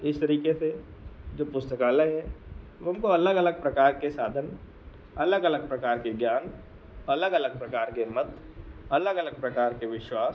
इस तरीके से जो पुस्तकालय हैं उनको अलग अलग प्रकार के साधन अलग अलग प्रकार के ज्ञान अलग अलग प्रकार के मत अलग अलग प्रकार के विश्वास